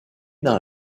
dans